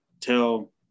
tell